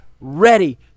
ready